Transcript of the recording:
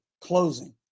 closing